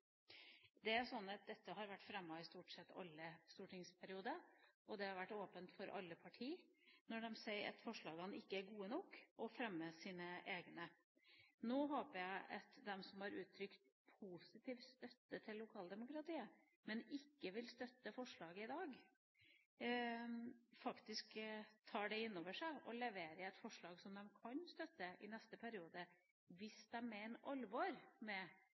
det har vært åpent for alle partier å fremme sitt eget forslag, når man sier at forslaget ikke er godt nok. Nå håper jeg at de som har uttrykt positiv støtte til lokaldemokratiet, men som ikke vil støtte forslaget i dag, faktisk tar det inn over seg og leverer et forslag som de kan støtte i neste periode – hvis de mener alvor med